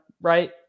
right